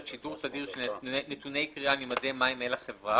שידור תדיר של נתוני קריאה ממדי מים אל החברה,